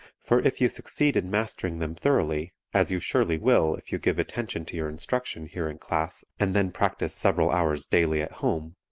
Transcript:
for if you succeed in mastering them thoroughly, as you surely will if you give attention to your instruction here in class and then practice several hours daily at home,